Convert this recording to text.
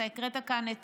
אתה הקראת כאן את